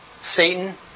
Satan